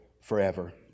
forever